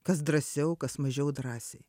kas drąsiau kas mažiau drąsiai